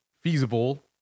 Feasible